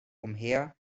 umher